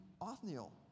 Othniel